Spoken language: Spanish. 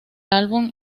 álbum